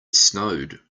snowed